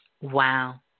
Wow